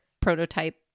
prototype